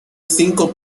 cinco